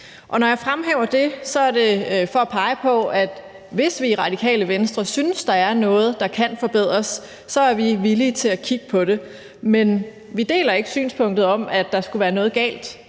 Når jeg fremhæver det, er det for at pege på, at vi i Radikale Venstre, hvis vi synes, der er noget, der kan forbedres, så er villige til at kigge på det. Men vi deler ikke synspunktet om, at der skulle være noget galt